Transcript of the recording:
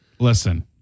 Listen